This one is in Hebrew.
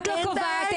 את לא קובעת